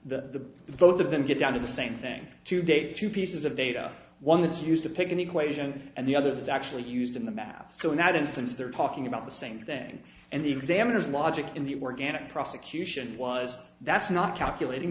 the both of them get down to the same thing today two pieces of data one that's used to pick an equation and the other that's actually used in the math so in that instance they're talking about the same thing and the examiners logic in the organic prosecution was that's not calculating